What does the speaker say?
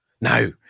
No